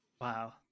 wow